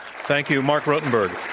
thank you, marc rotenberg.